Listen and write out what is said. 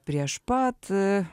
prieš pat